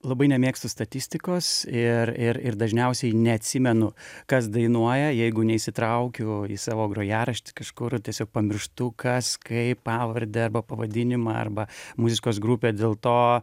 labai nemėgstu statistikos ir ir ir dažniausiai neatsimenu kas dainuoja jeigu neįsitraukiu į savo grojaraštį kažkur tiesiog pamirštu kas kaip pavardę arba pavadinimą arba muzikos grupę dėl to